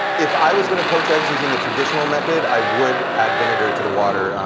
if i was going to poach eggs using the traditional method, i would add vinegar to the water,